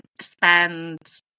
spend